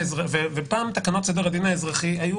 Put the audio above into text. פעם תקנות סדר הדין האזרחי,